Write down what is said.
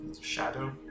Shadow